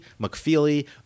McFeely